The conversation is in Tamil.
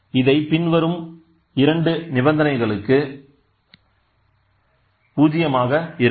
இதைப் பின்வரும் இரண்டு நிபந்தனைகளுக்கு பூஜ்ஜியமாக இருக்கும்